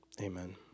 Amen